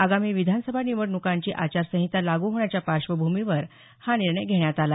आगामी विधानसभा निवडणुकांची आचारसंहिता लागू होण्याच्या पार्श्वभूमीवर हा निर्णय घेण्यात आला